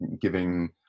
giving